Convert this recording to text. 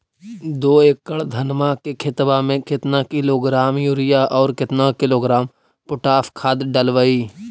दो एकड़ धनमा के खेतबा में केतना किलोग्राम युरिया और केतना किलोग्राम पोटास खाद डलबई?